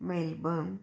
Melbourne